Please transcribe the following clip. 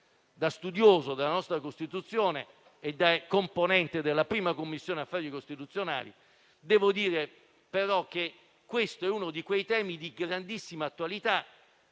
da studioso della nostra Costituzione e da componente della 1a Commissione affari costituzionali, questo è uno di quei temi di grandissima attualità